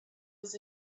was